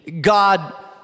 God